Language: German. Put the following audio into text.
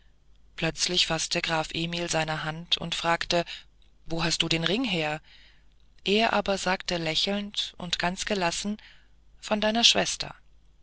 plötzlich faßte graf emil seine hand und fragte wo hast du den ring her er aber sagte lächelnd und ganz gelassen von deiner schwester